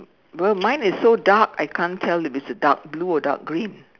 but mine is so dark I can't tell if it's a dark blue or dark green